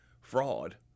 fraud